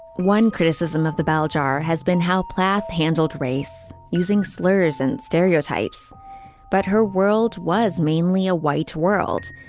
one criticism of the bell jar has been how plath handled race using slurs and stereotypes but her world was mainly a white world.